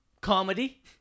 comedy